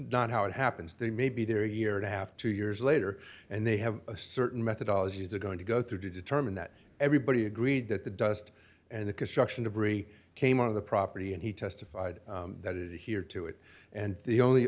not how it happens they may be there a year and a half two years later and they have a certain methodology they're going to go through to determine that everybody agreed that the dust and the construction debris came out of the property and he testified that it here to it and the only